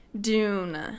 dune